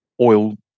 oil